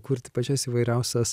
kurti pačias įvairiausias